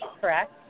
correct